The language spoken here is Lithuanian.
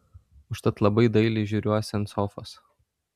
užtat labai dailiai žiūriuosi ant sofos